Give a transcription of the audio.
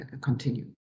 continue